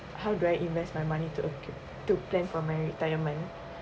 how do I invest my money to uh to plan for my retirement